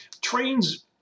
trains